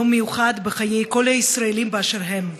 יום מיוחד בחיי כל הישראלים באשר הם,